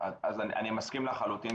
אני מסכים לחלוטין,